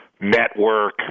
network